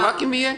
אבל רק אם יהיה.